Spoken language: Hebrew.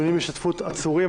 דיונים בהשתתפות עצורים,